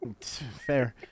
Fair